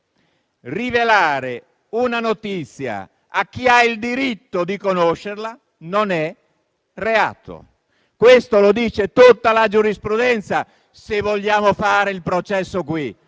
rivelare una notizia a chi ha il diritto di conoscerla non è reato. Questo lo dice tutta la giurisprudenza, se vogliamo fare il processo qui.